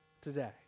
today